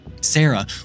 Sarah